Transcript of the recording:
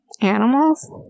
Animals